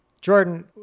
Jordan